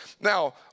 Now